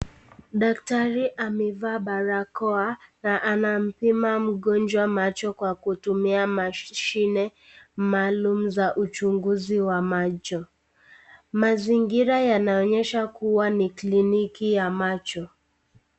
Daktari amevaa barakoa na anampima mgonjwa macho kwa kutumia mashine maalum za uchunguzi wa macho. Mazingira yanaonyesha kuwa ni kliniki ya macho.